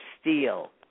steel